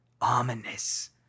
ominous